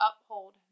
uphold